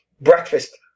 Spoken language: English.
breakfast